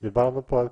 דיברנו פה על